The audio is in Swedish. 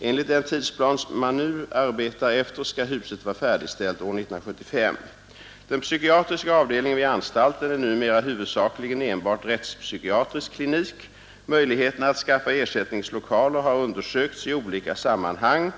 Enligt den tidsplan som man nu arbetar efter skall huset vara färdigställt år 1975. Den psykiatriska avdelningen vid anstalten är numera huvudsakligen enbart rättspsykiatrisk klinik. Möjligheterna att skaffa ersättningslokaler har undersökts i olika sammanhang.